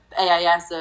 AIS